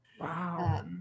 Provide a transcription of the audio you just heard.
Wow